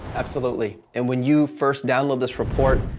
absolutely, and when you first download this report,